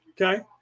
Okay